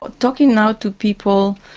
talking now to people,